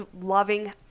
loving